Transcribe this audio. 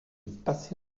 passé